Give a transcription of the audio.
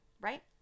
right